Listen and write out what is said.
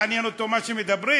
מעניין אותו מה שמדברים?